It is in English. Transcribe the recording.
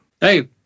Hey